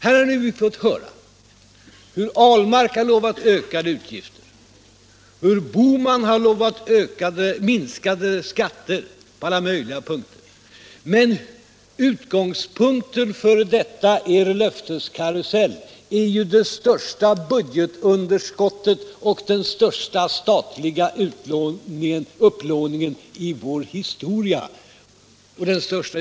Här har vi nu fått höra hur herr Ahlmark har lovat ökade utgifter och hur herr Bohman har lovat minskade skatter på alla möjliga punkter. Men utgångspunkten för er löfteskarusell är ju det största budgetunderskottet och den största statliga utlandsupplåningen i vår historia.